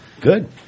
Good